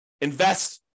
Invest